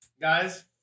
Guys